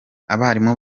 abarimu